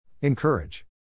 Encourage